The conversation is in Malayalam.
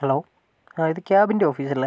ഹാലോ ആയ ഇത് ക്യാബിൻ്റെ ഓഫീസല്ലേ